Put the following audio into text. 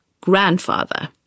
grandfather